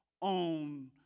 on